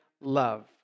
love